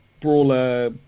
brawler